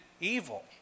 evil